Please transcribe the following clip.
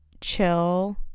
chill